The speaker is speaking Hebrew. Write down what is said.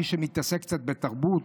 מי שמתעסק קצת בתרבות,